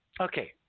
Okay